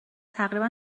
تقریبا